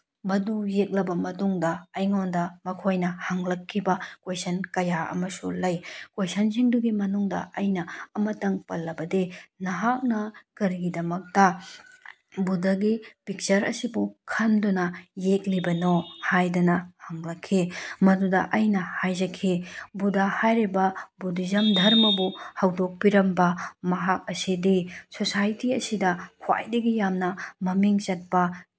ꯃꯗꯨ ꯌꯦꯛꯂꯕ ꯃꯇꯨꯡꯗ ꯑꯩꯉꯣꯟꯗ ꯃꯈꯣꯏꯅ ꯍꯪꯂꯛꯈꯤꯕ ꯀꯣꯏꯁꯟ ꯀꯌꯥ ꯑꯃꯁꯨ ꯂꯩ ꯀꯣꯏꯁꯟꯁꯤꯡꯗꯨꯒꯤ ꯃꯅꯨꯡꯗ ꯑꯩꯅ ꯑꯃꯇꯪ ꯄꯜꯂꯕꯗꯤ ꯅꯍꯥꯛꯅ ꯀꯔꯤꯒꯤꯗꯃꯛꯇꯥ ꯕꯨꯙꯒꯤ ꯄꯤꯛꯆꯔ ꯑꯁꯤꯕꯨ ꯈꯟꯗꯨꯅ ꯌꯦꯛꯂꯤꯕꯅꯣ ꯍꯥꯏꯗꯅ ꯍꯪꯂꯛꯈꯤ ꯃꯗꯨꯗ ꯑꯩꯅ ꯍꯥꯏꯖꯈꯤ ꯕꯨꯙ ꯍꯥꯏꯔꯤꯕ ꯕꯨꯙꯤꯖꯝ ꯙꯔꯃꯕꯨ ꯍꯧꯗꯣꯛꯄꯤꯔꯝꯕ ꯃꯍꯥꯛ ꯑꯁꯤꯗꯤ ꯁꯣꯁꯥꯏꯇꯤ ꯑꯁꯤꯗ ꯈ꯭ꯋꯥꯏꯗꯒꯤ ꯌꯥꯝꯅ ꯃꯃꯤꯡ ꯆꯠꯄ